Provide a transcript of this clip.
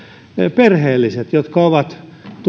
perheellisten jotka ovat